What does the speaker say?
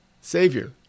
Savior